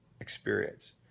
experience